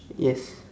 yes